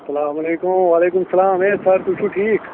اَ سَلام علیکُم وعلیکُم سلام ہے سَر تُہۍ چھُو ٹھیٖک